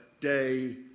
day